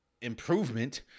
improvement